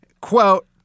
Quote